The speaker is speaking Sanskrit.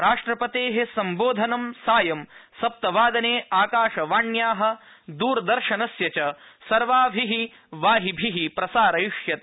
राष्ट्रपते सम्बोधनं सायं सप्तवादने आकाशवाण्या दरदर्शनस्य च सर्वाभि वाहिभि प्रसारयिष्यते